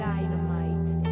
Dynamite